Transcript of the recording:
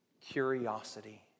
curiosity